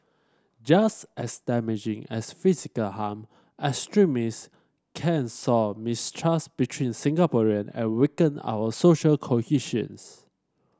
just as damaging as physical harm extremist can sow mistrust between Singaporean and weaken our social cohesions